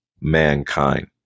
mankind